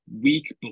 week